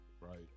Right